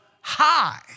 high